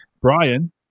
Brian